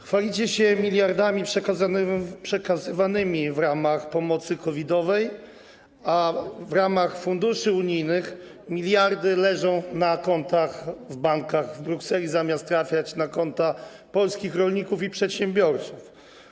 Chwalicie się miliardami przekazywanymi w ramach pomocy COVID-owej, a w ramach funduszy unijnych miliardy leżą na kontach w bankach w Brukseli, zamiast trafiać na konta polskich rolników i przedsiębiorców.